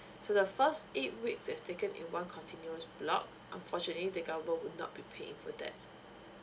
so the first eight weeks as taken in one continuous block unfortunately the government will not be paying for that